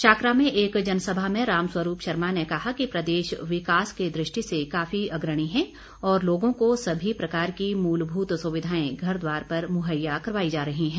शाकरा में एक जनसभा में राम स्वरूप शर्मा ने कहा कि प्रदेश विकास की दृष्टि से काफी अग्रणी है और लोगों को सभी प्रकार की मूलभूत सुविधाएं घरद्वार पर मुहैया करवाई जा रही हैं